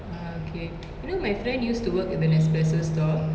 ah okay you know my friend used to work in the nespresso store